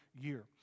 year